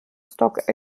stock